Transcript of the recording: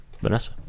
Vanessa